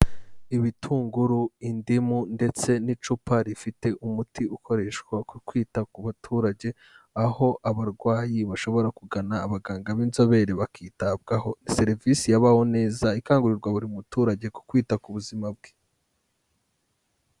Ibitunguru, indimu ndetse n'icupa rifite umuti ukoreshwa mu kwita ku baturage, aho abarwayi bashobora kugana abaganga b'inzobere bakitabwaho, serivisi ya "Baho Neza" ikangurirwa buri muturage ku kwita ku buzima bwe.